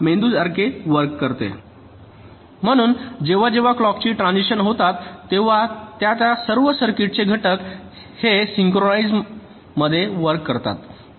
म्हणून जेव्हा जेव्हा क्लॉकची ट्रान्सिशन होतात तेव्हा त्या त्या सर्व सर्किट चे घटक हे सिंक्रोनिसम मध्ये वर्क करतात